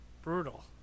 Brutal